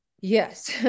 Yes